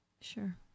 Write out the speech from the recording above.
Sure